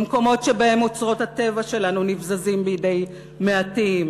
במקומות שבהם אוצרות הטבע שלנו נבזזים בידי מעטים,